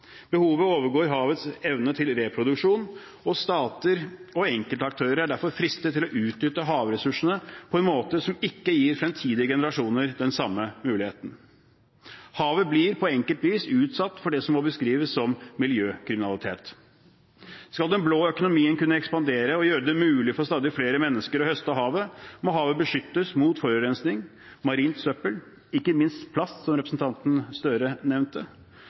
Behovet overgår havets evne til reproduksjon, og stater og enkeltaktører er derfor fristet til å utnytte havressursene på en måte som ikke gir fremtidige generasjoner den samme muligheten. Havet blir på enkelt vis utsatt for det som må beskrives som miljøkriminalitet. Skal den blå økonomien kunne ekspandere og gjøre det mulig for stadig flere mennesker å høste av havet, må havet beskyttes mot forurensning, marint søppel og ikke minst plast, som representanten Støre nevnte.